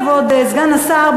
כבוד סגן השר,